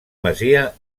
masia